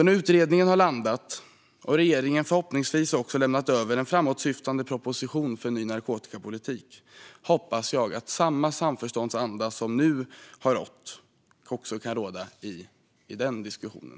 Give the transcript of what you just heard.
När utredningen har landat och regeringen förhoppningsvis också lämnat över en framåtsyftande proposition för en ny narkotikapolitik hoppas jag att samma samförståndsanda som råder nu kan råda i den diskussionen.